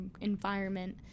environment